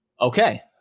Okay